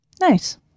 Nice